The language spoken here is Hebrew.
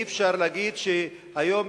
אי-אפשר להגיד היום,